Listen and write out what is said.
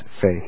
faith